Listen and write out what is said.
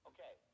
Okay